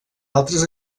altres